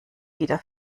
wieder